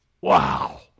wow